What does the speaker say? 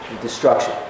destruction